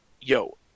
Yo